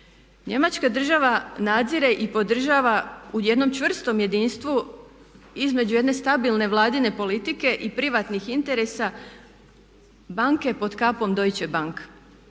Njemačka država nadzire i podržava u jednom čvrstom jedinstvu između jedne stabilne Vladine politike i privatnih interesa banke pod kapom Deutsche bank.